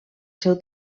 seu